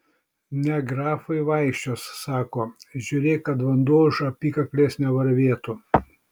ne grafai vaikščios sako žiūrėk kad vanduo už apykaklės nevarvėtų